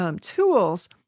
tools